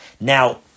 Now